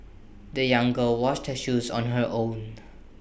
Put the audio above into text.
the young girl washed her shoes on her own